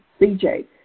CJ